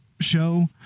show